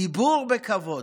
דיבור בכבוד.